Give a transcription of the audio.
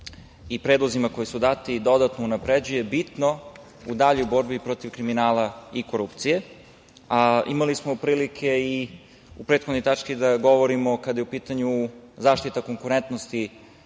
i predlozima koji su dati i dodatno unapređuje bitno u daljoj borbi protiv kriminala i korupcije. Imali smo prilike u prethodnoj tački da govorimo, kada je u pitanju zaštita konkurentnosti